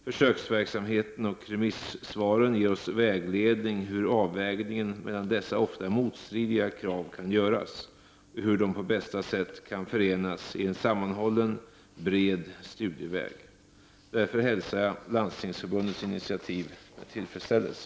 Försöksverksamheten och remissvaren ger oss vägledning om hur avvägningen mellan dessa ofta motstridiga krav kan göras och hur de på bästa sätt kan förenas i en sammanhållen, bred studieväg. Därför hälsar jag Landstingsförbundets initiativ med tillfredsställelse.